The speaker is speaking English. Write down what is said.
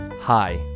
Hi